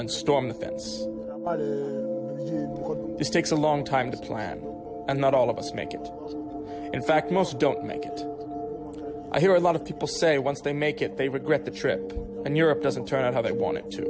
and storm the fence this takes a long time to plan and not all of us make it in fact most don't make it i hear a lot of people say once they make it they regret the trip and europe doesn't turn out how they want it